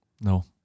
No